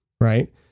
right